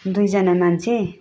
दुईजना मान्छे